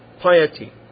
piety